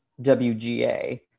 WGA